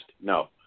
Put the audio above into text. No